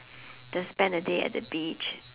just spend a day at the beach